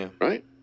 right